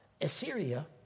Assyria